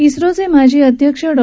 इस्रोच माजी अध्यक्ष डॉ